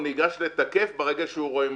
או ניגש לתקף ברגע שהוא רואה מבקר.